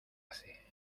hace